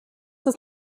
ist